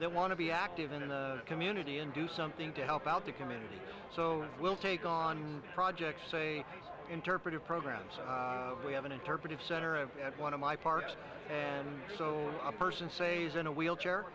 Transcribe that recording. they want to be active in the community and do something to help out the community so we'll take on projects say interpretive programs we have an interpretive center of one of my parks and so a person say's in a wheelchair